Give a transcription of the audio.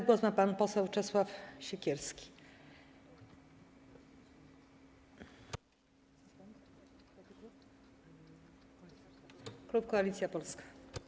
Głos ma pan poseł Czesław Siekierski, klub Koalicja Polska.